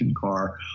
car